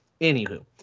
Anywho